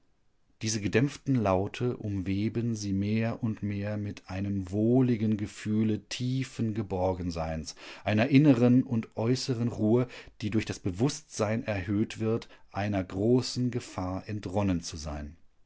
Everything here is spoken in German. diese gedämpften laute umweben sie mehr und mehr mit einem wohligen gefühle tiefen geborgenseins einer inneren und äußeren ruhe die durch das bewußtsein erhöht wird einer großen gefahr entronnen zu sein